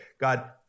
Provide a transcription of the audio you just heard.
God